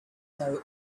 know